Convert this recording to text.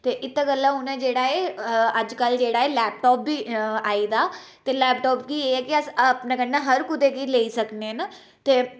ते इत्त गल्लै उनें जेह्ड़ा ऐ अज्जकल जेह्ड़ा ऐ लैपटाप बी आई दा ते लैपटाप गी एह् ऐ जे अस अपने कन्नै हर कुतै गी लेई सकने न ते